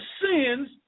sins